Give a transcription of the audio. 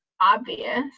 obvious